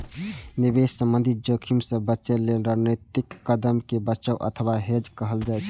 निवेश संबंधी जोखिम सं बचय लेल रणनीतिक कदम कें बचाव अथवा हेज कहल जाइ छै